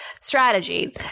strategy